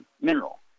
mineral